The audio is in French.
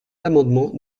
l’amendement